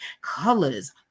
Colors